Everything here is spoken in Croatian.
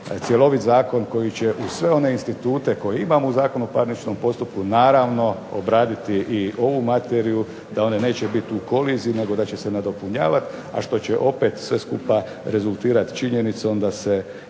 cjeloviti zakon koji ćemo uz sve one institute koje imamo o parničnom postupku naravno obraditi i ovu materiju da one neće biti u koliziji nego da će se dopunjavati, a što će opet sve skupa rezultirati činjenicom da se institut